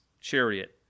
chariot